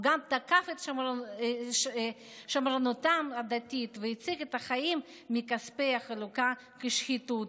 הוא גם תקף את שמרנותם הדתית והציג את החיים מכספי החלוקה כשחיתות.